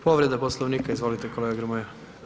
Povreda Poslovnika, izvolite kolega Grmoja.